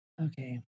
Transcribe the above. Okay